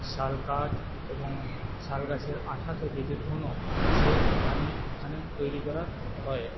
শাল কাঠ এবং শাল গাছের আঠা থেকে যে ধুনো সে এখানেই এখানেই তৈরি করা হয়